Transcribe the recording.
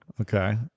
okay